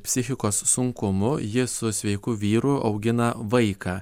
psichikos sunkumų ji su sveiku vyru augina vaiką